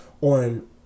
on